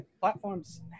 platforms